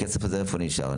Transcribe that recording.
הכסף הזה, איפה הוא נשאר?